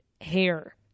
hair